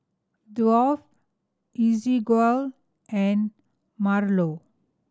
Duff Ezequiel and Marlo